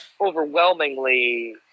overwhelmingly